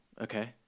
Okay